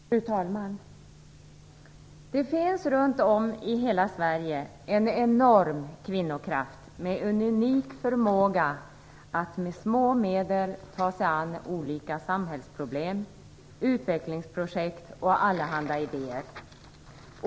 Fru talman! Det finns runt om i hela Sverige en enorm kvinnokraft med en unik förmåga att med små medel ta sig an olika samhällsproblem, utvecklingsprojekt och allehanda idéer.